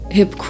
Hip